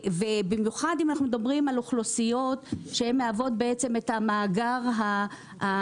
במיוחד אם אנחנו מדברים על אוכלוסיות שהן מהוות בעצם את המאגר הגדול